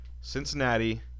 Cincinnati